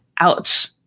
Ouch